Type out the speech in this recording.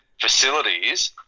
facilities